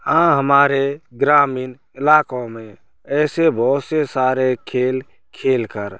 हाँ हमारे ग्रामीण इलाकों में ऐसे बहुत से सारे खेल खेल कर